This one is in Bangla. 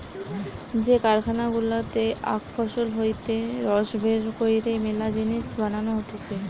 যে কারখানা গুলাতে আখ ফসল হইতে রস বের কইরে মেলা জিনিস বানানো হতিছে